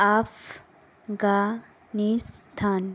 Afghanistan